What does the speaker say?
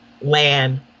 land